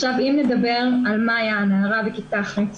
אם נדבר על מאיה הנערה בכיתה ח',